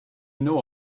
know